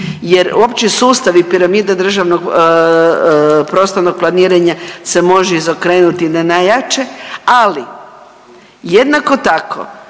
jer uopće sustav i piramida državnog prostornog planiranja se može izokrenuti na najjače. Ali jednako tako